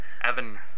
Evan